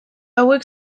hauek